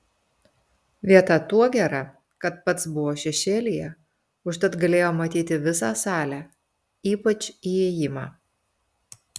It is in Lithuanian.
vieta tuo gera kad pats buvo šešėlyje užtat galėjo matyti visą salę ypač įėjimą